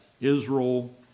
Israel